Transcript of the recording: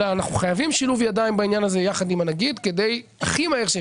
אלא אנחנו חייבים שילוב ידיים בעניין הזה יחד עם הנגיד כדי הכי מהר.